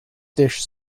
dish